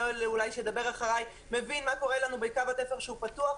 יואל שידבר אחריי מבין מה קורה לנו בקו התפר שהוא פתוח,